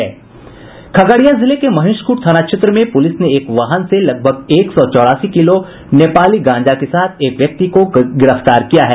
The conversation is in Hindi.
खगड़िया जिले के महेशखूंट थाना क्षेत्र में पुलिस ने एक वाहन से लगभग एक सौ चौरासी किलो नेपाली गांजा के साथ एक व्यक्ति को गिरफ्तार किया है